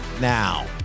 now